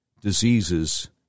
diseases